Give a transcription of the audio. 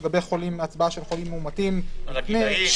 זה לגבי הצבעה של חולים מאומתים, לגבי הגילאים.